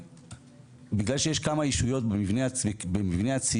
בגלל שיש כמה ישויות במבנה הציון,